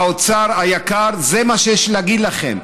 אוצר יקר, זה מה שיש לי להגיד לכם,